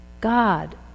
God